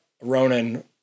Ronan